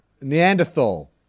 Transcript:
Neanderthal